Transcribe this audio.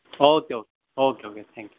okay okay okay okay thank you